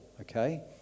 okay